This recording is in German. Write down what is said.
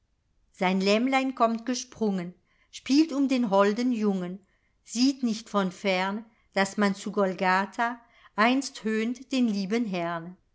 sein lämmlein kommt gesprungen spielt um den holden jungen sieht nicht von fern daß man zu golgatha einst höhnt den lieben herrn